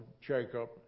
Jacob